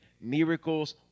miracles